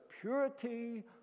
purity